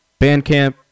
Bandcamp